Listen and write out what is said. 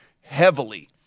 heavily